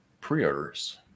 pre-orders